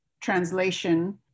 translation